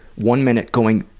one minute going